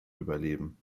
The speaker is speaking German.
überleben